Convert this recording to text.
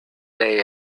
day